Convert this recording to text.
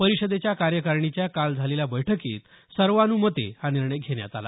परिषदेच्या कार्यकारिणीच्या काल झालेल्या बैठकीत सर्वानुमते हा निर्णय घेण्यात आला